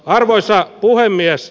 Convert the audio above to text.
arvoisa puhemies